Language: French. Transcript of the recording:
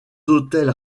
hôtels